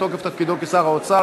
בתוקף תפקידו כשר האוצר,